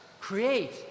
create